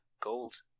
gold